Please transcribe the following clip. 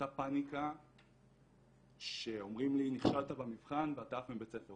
אותה פאניקה שאומרים לי נכשלת במבחן ואתה עף מבית ספר,